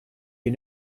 you